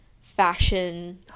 fashion